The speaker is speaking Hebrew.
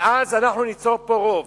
ואז ניצור פה רוב.